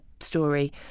story